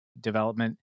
development